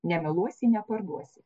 nemeluosi neparduosi